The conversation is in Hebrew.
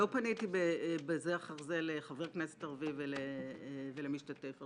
לא פניתי בזה אחר זה לחבר כנסת ערבי ולמשתתף ערבי.